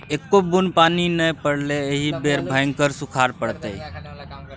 एक्को बुन्न पानि नै पड़लै एहि बेर भयंकर सूखाड़ पड़तै